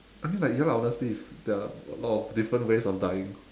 I mean like ya lah honestly there are a lot different ways of dying